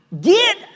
Get